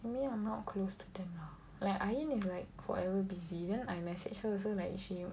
for me I'm not close to them lah like Ain is like forever busy then I message her also like she